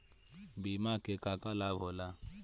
बिमा के का का लाभ होला?